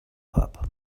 pub